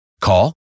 Call